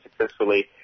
successfully